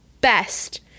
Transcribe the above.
best